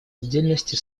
отдельности